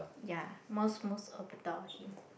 ya most most adore him